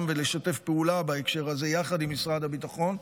ולשתף פעולה בהקשר הזה יחד עם משרד הביטחון,